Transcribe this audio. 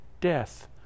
death